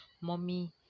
mommy